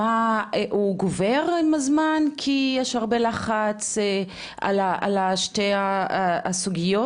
הוא גובר עם הזמן, כי יש הרבה לחץ על שתי הסוגיות?